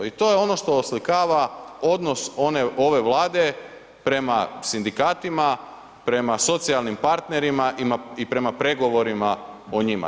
I to je ono što oslikava odnos ove Vlade prema sindikatima, prema socijalnim partnerima i prema pregovorima o njima.